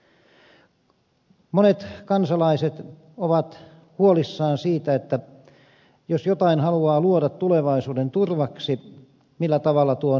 monet kansalaiset ovat huolissaan siitä että jos jotain haluaa luoda tulevaisuuden turvaksi millä tavalla tuon turvan säilyttää